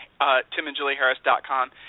timandjulieharris.com